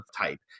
type